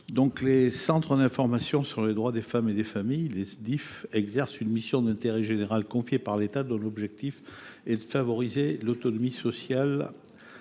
Les centres d’information sur les droits des femmes et des familles exercent la mission d’intérêt général qui leur est confiée par l’État, dont l’objectif est de favoriser l’autonomie sociale,